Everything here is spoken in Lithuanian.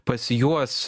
pas juos